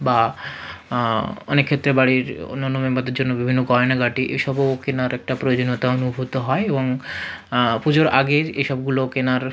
বা অনেক ক্ষেত্রে বাড়ির অন্যান্য মেম্বারদের জন্য বিভিন্ন গয়নাগাটি এসবও কেনার একটা প্রয়োজনীয়তা অনুভূত হয় এবং পুজোর আগে এসবগুলো কেনার